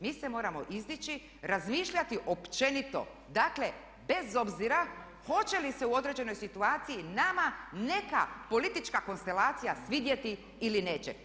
Mi se moramo izdići, razmišljati općenito, dakle bez obzira hoće li se u određenoj situaciji nama neka politička konstelacija svidjeti ili neće.